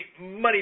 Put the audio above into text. Money